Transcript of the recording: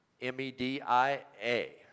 M-E-D-I-A